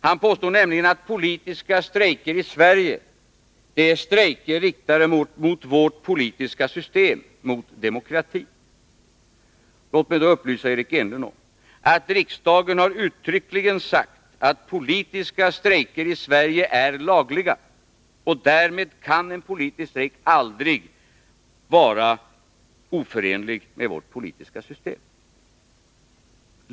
Han påstod nämligen att politiska strejker i Sverige är riktade mot vårt politiska system, mot demokratin. Låt mig upplysa Eric Enlund om att riksdagen uttryckligen har sagt att politiska strejker i Sverige är lagliga. Därmed kan en politisk strejk aldrig vara oförenlig med vårt politiska system.